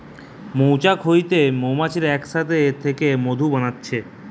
মৌচাক হইতে মৌমাছিরা এক সাথে থেকে মধু বানাইটে